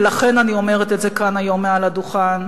ולכן אני אומרת את זה כאן היום מעל הדוכן,